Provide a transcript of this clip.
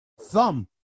Thumb